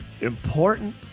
important